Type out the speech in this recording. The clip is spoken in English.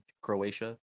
Croatia